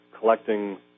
collecting